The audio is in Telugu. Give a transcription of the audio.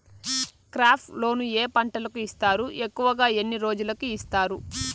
క్రాప్ లోను ఏ పంటలకు ఇస్తారు ఎక్కువగా ఎన్ని రోజులకి ఇస్తారు